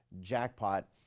jackpot